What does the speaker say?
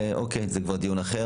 אוקיי, זה כבר דיון אחר.